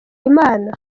imana